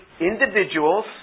individuals